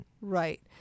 right